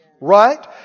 Right